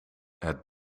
het